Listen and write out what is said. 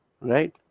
right